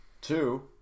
two